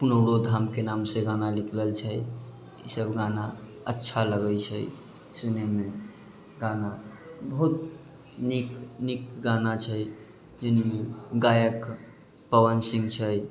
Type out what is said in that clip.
पुनौरो धामके नामसँ गाना निकलल छै इसभ गाना अच्छा लगैत छै सुनयमे गाना बहुत नीक नीक गाना छै गायक पवन सिंह छै